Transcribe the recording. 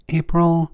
april